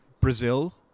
Brazil